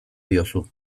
diozu